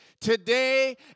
today